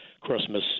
Christmas